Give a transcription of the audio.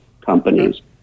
companies